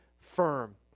firm